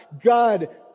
God